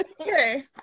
Okay